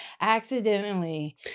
accidentally